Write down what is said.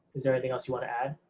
is there anything else you want to add,